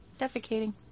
defecating